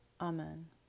Amen